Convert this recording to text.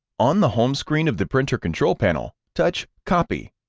on the home screen of the printer control panel, touch copy,